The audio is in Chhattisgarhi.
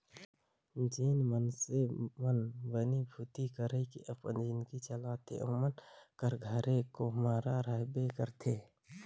जेन मइनसे मन बनी भूती कइर के अपन जिनगी चलाथे ओमन कर घरे खोम्हरा रहबे करथे